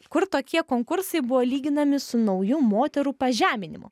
kur tokie konkursai buvo lyginami su naujų moterų pažeminimu